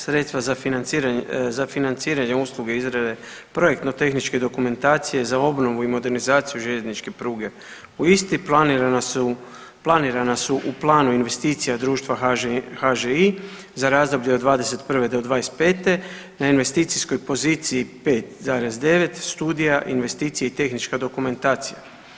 Sredstva za financiranje usluge izrade projektno tehničke dokumentacije za obnovu i modernizaciju željezničke pruge u Istri planirana su u planu investicija društva HŽI za razdoblje od 2021.-2025. na investicijskoj poziciji 5,9 studija investicije i tehnička dokumentacija.